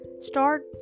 start